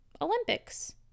Olympics